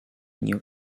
new